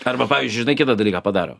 arba pavyzdžiui žinai kitą dalyką padaro